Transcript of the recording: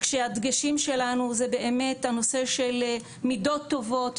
כשהדגשים שלנו זה באמת הנושא של מידות טובות,